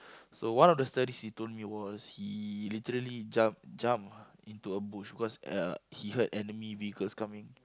so one of the stories he told me was he literally jump jump into a bush because uh he heard enemy vehicles coming